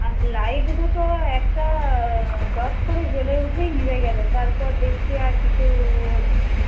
আর light দুটো একটা দপ করে জ্বলে উঠেই নিভে গেল তারপর দেখছি আর কিছু হচ্ছে না